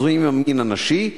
המזוהים עם המין הנשי,